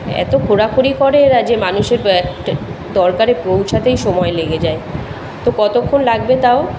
এত খোঁড়াখুঁড়ি করে এরা যে মানুষের ব্যা একটা দরকারে পৌঁছাতেই সময় লেগে যায় তো কতক্ষণ লাগবে তাও